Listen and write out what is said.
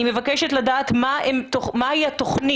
אני מבקשת לדעת מהי התוכנית,